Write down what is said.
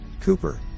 Cooper